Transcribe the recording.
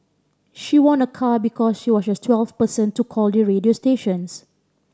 she won a car because she was the twelfth person to call the radio stations